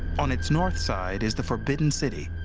on its north side is the forbidden city.